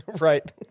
right